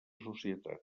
societat